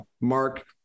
mark